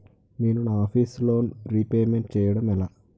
నేను నా office loan repayment చేయడం ఎలా?